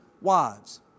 wives